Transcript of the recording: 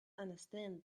understand